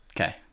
Okay